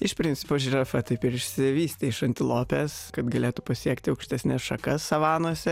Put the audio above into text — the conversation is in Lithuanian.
iš principo žirafa taip ir išsivystė iš antilopės kad galėtų pasiekti aukštesnes šakas savanose